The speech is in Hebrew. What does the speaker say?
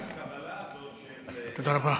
גם הקבלה הזאת של "אין לנו כוח אדם"